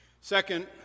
Second